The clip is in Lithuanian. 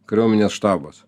kariuomenės štabas